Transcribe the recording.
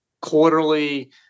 quarterly